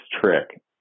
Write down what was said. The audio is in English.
trick